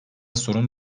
sorun